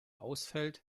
ausfällt